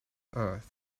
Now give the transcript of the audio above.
earth